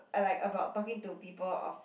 I like about talking to people of